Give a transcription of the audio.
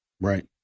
Right